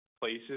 places